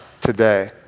today